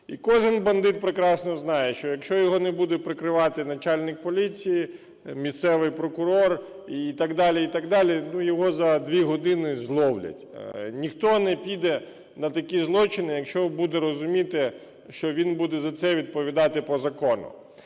І кожен бандит прекрасно знає, що якщо його не буде прикривати начальник поліції, місцевий прокурор і так далі, і так далі, ну, його за 2 години зловлять. Ніхто не піде на такі злочини, якщо буде розуміти, що він буде за це відповідати по закону.